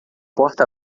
porta